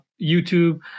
YouTube